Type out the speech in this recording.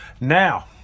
Now